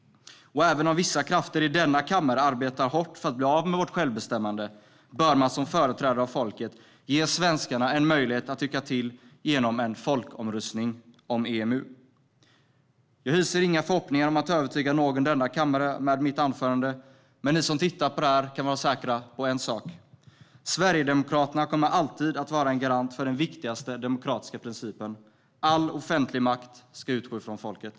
Även om vissa krafter i denna kammare arbetar hårt för att Sverige ska bli av med sitt självbestämmande bör vi som företrädare för folket ge svenskarna en möjlighet att tycka till genom en folkomröstning om EMU. Jag har hyser inga förhoppningar om att övertyga någon i denna kammare med mitt anförande, men ni som tittar på detta kan vara säkra på en sak. Sverigedemokraterna kommer alltid att vara en garant för den viktigaste demokratiska principen: All offentlig makt ska utgå från folket.